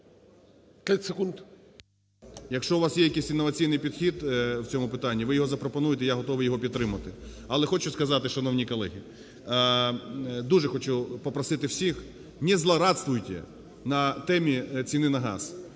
Якщо у вас є якийсь інноваційний підхід в цьому питанні, ви його запропонуйте, я готовий його підтримати. Але хочу сказати, шановні колеги, дуже хочу попросити всіх, не злорадствуйте на темі ціни на газ.